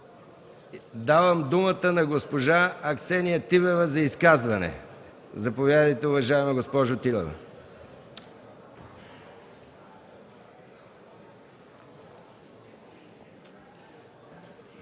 Давам думата на госпожа Аксения Тилева за изказване. Заповядайте, уважаема госпожо Тилева.